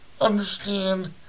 understand